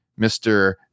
Mr